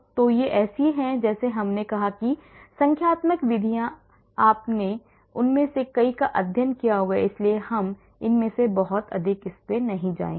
तो ये ऐसे हैं जैसे हमने कहा कि संख्यात्मक विधियां आपने उनमें से कई का अध्ययन किया होगा इसलिए हम इसमें बहुत अधिक नहीं जाएंगे